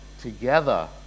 together